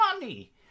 money